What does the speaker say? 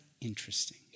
interesting